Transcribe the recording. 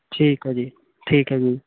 ਠੀਕ ਹੈ ਜੀ ਠੀਕ ਹੈ ਜੀ